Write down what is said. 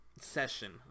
session